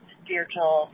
spiritual